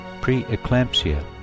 preeclampsia